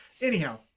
Anyhow